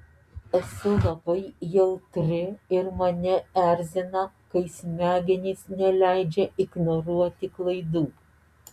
esu labai jautri ir mane erzina kai smegenys neleidžia ignoruoti klaidų